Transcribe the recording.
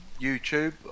YouTube